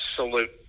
absolute